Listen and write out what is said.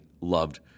loved